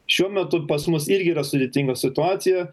šiuo metu pas mus irgi yra sudėtinga situacija